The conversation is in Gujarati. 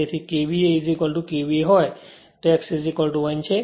તેથી જો KVA KVA હોય તો x 1 છે